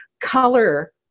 color